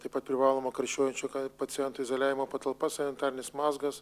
taip pat privaloma karščiuojančių pacientų izoliavimo patalpos sanitarinis mazgas